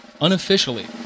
unofficially